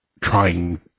trying